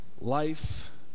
life